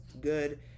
good